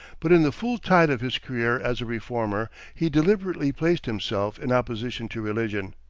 but in the full tide of his career as a reformer he deliberately placed himself in opposition to religion.